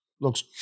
looks